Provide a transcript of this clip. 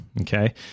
Okay